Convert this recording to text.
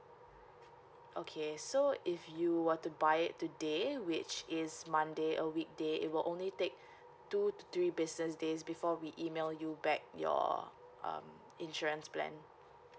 okay so if you were to buy it today which is monday a weekday it will only take two to three business days before we email you back your um insurance plan